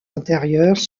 intérieures